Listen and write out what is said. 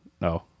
no